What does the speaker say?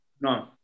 No